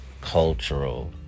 cultural